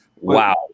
wow